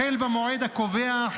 החל במועד הקובע,